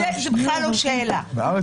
עזרנו ללא מעט נשים באמצעות החוק הזה.